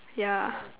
yeah